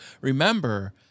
remember